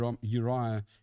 Uriah